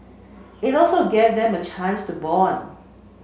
it also gave them a chance to bond